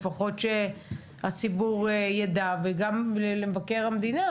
לפחות שהציבור יידע וגם למבקר המדינה,